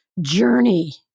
journey